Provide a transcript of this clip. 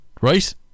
right